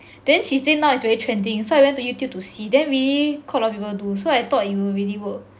then she say now it's very trending so I went to Youtube to see then really quite a lot of people do so I thought it will really work